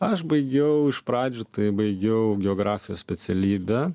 aš baigiau iš pradžių tai baigiau geografijos specialybę